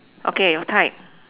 okay we're tied